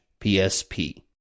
PSP